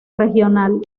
regional